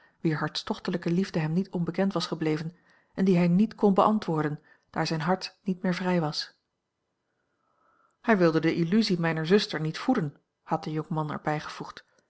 wier hartstochtelijke liefde hem niet onbekend was gebleven en die hij niet kon beantwoorden daar zijn hart niet meer vrij was hij wilde de illusie mijner zuster niet voeden had de jonkman er bijgevoegd